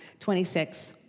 26